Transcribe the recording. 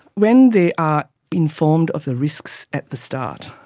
when they are informed of the risks at the start,